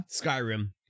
Skyrim